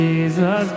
Jesus